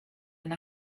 and